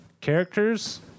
characters